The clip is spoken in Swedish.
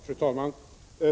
Fru talman!